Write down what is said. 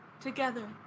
together